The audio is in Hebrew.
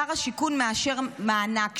שר השיכון מאשר מענק,